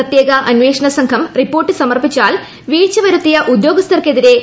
പ്രത്യേക അന്വേഷണ സംഘം റിപ്പോർട്ട് സമർപ്പിച്ചാൽ വീഴ്ച വരുത്തിയ ഉദ്യോഗസ്ഥർക്കെതിരെ യു